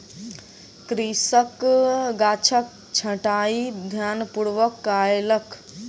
कृषक गाछक छंटाई ध्यानपूर्वक कयलक